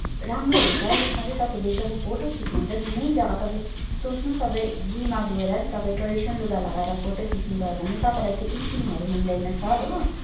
राम्रो हुन्छ जसमा चाहिँ तपाईँहरूले जब फोटो खिच्नुहुन्छ जुनै जग्गा तपाईँले सोच्नुहोस् तपाईँ जूमा गएर तपाईँ ट्रेडिसनल लुगा लगाएर फोटो खिच्नुभयो भने नि तपाईँलाई त्यो इचिङहरू हुँदैन सर हो